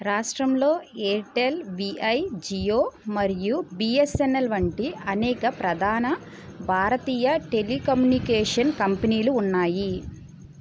రాష్ట్రంలో ఎయిర్టెల్ విఐ జియో మరియు బిఎస్ఎన్ఎల్ వంటి అనేక ప్రధాన భారతీయ టెలీకమ్యూనికేషన్ కంపెనీలు ఉన్నాయి